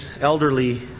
elderly